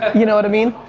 you know what i mean?